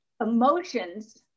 emotions